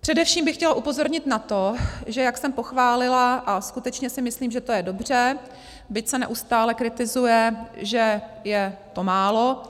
Především bych chtěla upozornit na to, že jak jsem pochválila a skutečně si myslím, že to je dobře, byť se neustále kritizuje, že je to málo